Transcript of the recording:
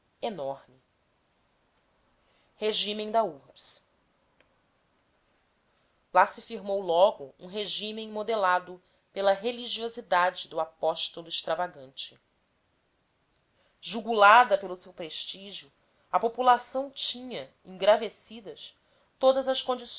enorme regime da urbs lá se firmou logo um regime modelado pela religiosidade do apóstolo extravagante jugulada pelo seu prestígio a população tinha engravescidas todas as